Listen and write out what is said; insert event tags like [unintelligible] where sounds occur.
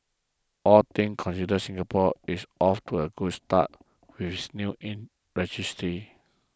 all things considered Singapore is off to a good start with its new [unintelligible] registry